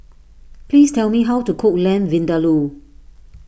please tell me how to cook Lamb Vindaloo